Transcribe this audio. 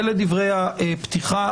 אלה דברי הפתיחה.